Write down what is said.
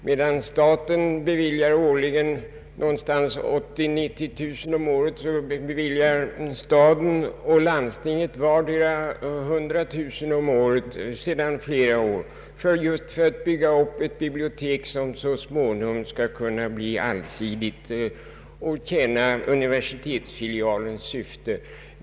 Medan staten årligen beviljar mellan 80000 och 90000 kronor, beviljar staden och landstinget vardera 100 000 kronor om året sedan flera år just för att bygga upp ett bibliotek, som så småningom skall kunna bli allsidigt och tjäna universitetsfilialens syfte.